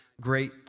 great